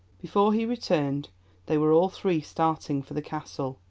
before he returned they were all three starting for the castle,